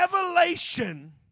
revelation